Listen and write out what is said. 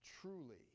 Truly